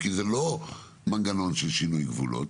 כי זה לא מנגנון של שינוי גבולות,